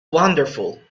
wonderful